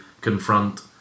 confront